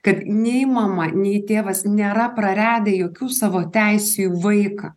kad nei mama nei tėvas nėra praradę jokių savo teisių į vaiką